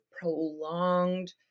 prolonged